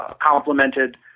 complemented